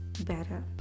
better